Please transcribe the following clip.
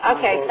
Okay